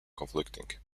conflicting